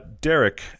Derek